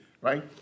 right